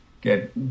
get